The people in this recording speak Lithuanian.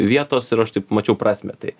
vietos ir aš taip mačiau prasmę tai